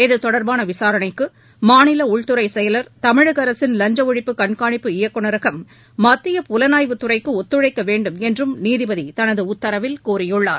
இத்தொடர்பான விசாரணைக்கு மாநில உள்துறை செயல் தமிழக அரசின் வஞ்ச ஒழிப்பு கண்காணிப்பு இயக்குநரகம் மத்திய புலனாய்வு துறைக்கு ஒத்துழைக்க வேண்டும் என்றும் நீதிபதி தனது உத்தரவில் கூறியுள்ளார்